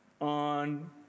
on